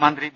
മന്ത്രി വി